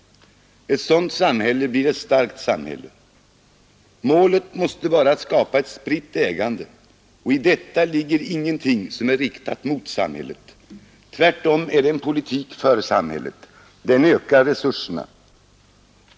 Ett sådant samhälle blir ett starkt samhälle. Målet måste vara att skapa ett spritt ägande, och i detta ligger ingenting som är riktat mot samhället. Tvärtom, det är en politik för samhället. Den ökar resurserna.